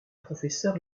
professeur